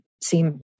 seem